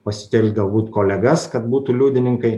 pasitelkt galbūt kolegas kad būtų liudininkai